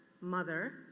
mother